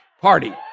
party